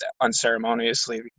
unceremoniously